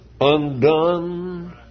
undone